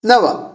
नव